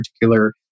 particular